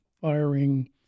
firing